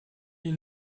die